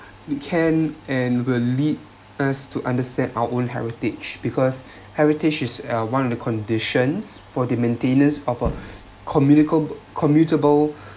it can and will lead us to understand our own heritage because heritage is one of the conditions for the maintenance of a communicable commutable